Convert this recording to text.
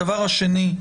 דבר שני,